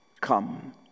come